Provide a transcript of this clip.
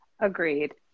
Agreed